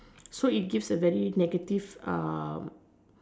so it gives a very negative